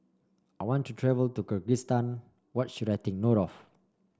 I want to travel to Kyrgyzstan what should I take note of